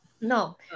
No